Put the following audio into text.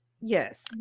Yes